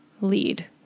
lead